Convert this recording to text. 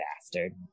Bastard